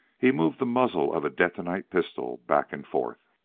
he moved the muzzle of a detonite pistol back and forth.